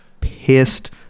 pissed